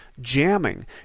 jamming